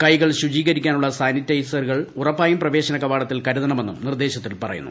കൈകൾ ശുചീകരിക്കാനുള്ള സാനിറ്റൈസറുകൾ ഉറപ്പായും പ്രവേശന കവാടത്തിൽ കരുതണമെന്നും നിർദ്ദേശത്തിൽ പറയുന്നു